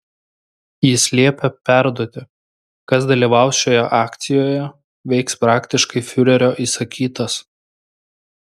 jis liepė perduoti kas dalyvaus šioje akcijoje veiks praktiškai fiurerio įsakytas